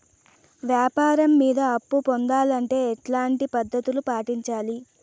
వ్యాపారం మీద అప్పు పొందాలంటే ఎట్లాంటి పద్ధతులు పాటించాలి?